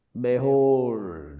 Behold